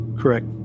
Correct